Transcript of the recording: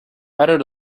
better